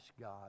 God